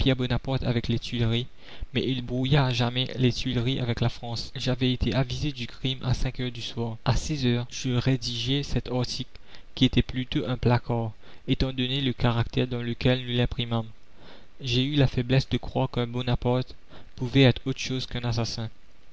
avec les tuileries mais il brouilla à jamais les tuileries avec la france j'avais été avisé du crime à cinq heures du soir a six heures je rédigeais cet article qui était plutôt un placard étant donné le caractère dans lequel nous l'imprimâmes la commune j'ai eu la faiblesse de croire qu'un bonaparte pouvait être autre chose qu'un assassin